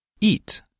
Eat